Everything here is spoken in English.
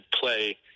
play